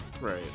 Right